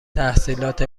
تحصیلات